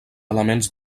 elements